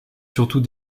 surtout